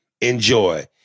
Enjoy